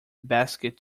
basket